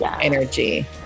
energy